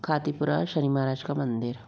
खातीपुरा शनि महाराज का मंदिर